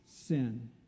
sin